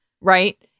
right